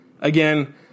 Again